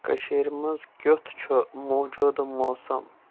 کٔشیٖرِ منز کِیُتھ چھُ موجودٕ موسم